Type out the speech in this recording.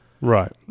Right